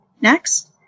next